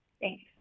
Thanks